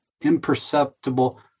imperceptible